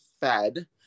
fed